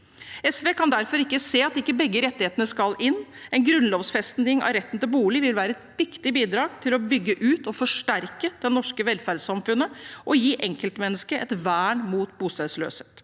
SV kan derfor ikke se at ikke begge rettigheter skal inn. En grunnlovfesting av retten til bolig vil være et viktig bidrag til å bygge ut og forsterke det norske velferdssamfunnet og gi enkeltmennesket et vern mot bostedsløshet.